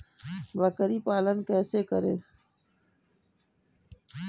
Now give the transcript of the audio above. बकरी पालन कैसे करें?